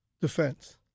defense